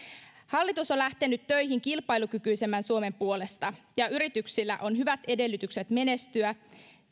hallitus on lähtenyt töihin kilpailukykyisemmän suomen puolesta ja yrityksillä on hyvät edellytykset menestyä